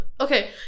Okay